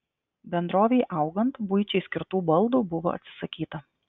bendrovei augant buičiai skirtų baldų buvo atsisakyta